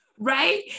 right